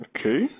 Okay